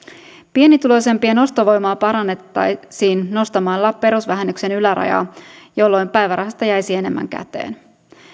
pienituloisempien ostovoimaa parannettaisiin nostamalla perusvähennyksen ylärajaa jolloin päivärahasta jäisi enemmän käteen